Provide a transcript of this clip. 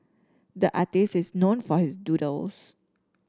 the artist is known for his doodles